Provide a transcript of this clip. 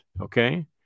Okay